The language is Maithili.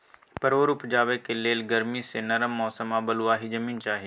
परोर उपजेबाक लेल गरमी सँ नरम मौसम आ बलुआही जमीन चाही